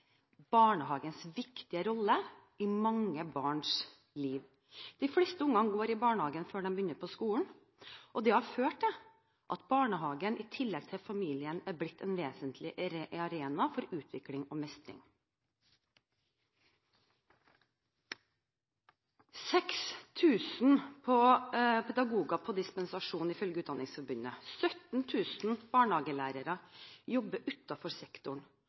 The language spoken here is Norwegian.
barnehagens viktige rolle i mange barns liv. De fleste barn går i barnehagen før de begynner på skolen, og det har ført til at barnehagen, i tillegg til familien, er blitt en vesentlig arena for utvikling og mestring. 6 000 pedagoger jobber på dispensasjon, ifølge Utdanningsforbundet. 17 000 barnehagelærere jobber utenfor sektoren.